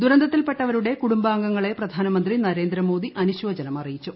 ദുരന്തത്തിൽപ്പെട്ടവരുടെ കൂടുംബാംഗങ്ങളെ പ്രധാനമന്ത്രി നരേന്ദ്രമോദി അനുശോചനം അറിയിച്ചു